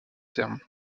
terme